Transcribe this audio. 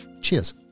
Cheers